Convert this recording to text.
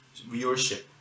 viewership